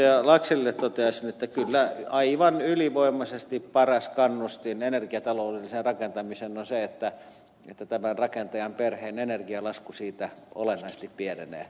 laxellille toteaisin että kyllä aivan ylivoimaisesti paras kannustin energiataloudelliseen rakentamiseen on se että rakentajan perheen energialasku olennaisesti pienenee